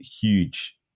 huge